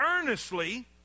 earnestly